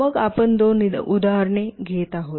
मग आपण दोन उदाहरणे घेत आहोत